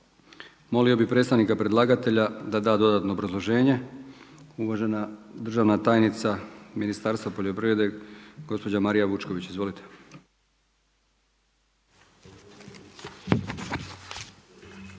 Molio bi predstavnika predlagatelja da dodatno obrazloženje. Uvažena državna tajnica Ministarstva poljoprivrede gospođa Marija Vučković. Izvolite.